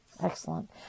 Excellent